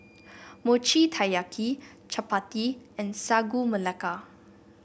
Mochi Taiyaki chappati and Sagu Melaka